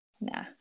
Nah